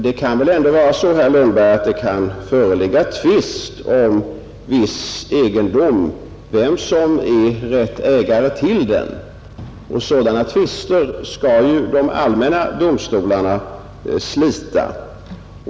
Det kan väl ändå vara så, herr Lundberg, att det kan föreligga tvist om vem som har rätt till egendom, och sådana tvister skall ju de allmänna domstolarna slita.